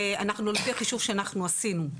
לפי החישוב שאנחנו עשינו,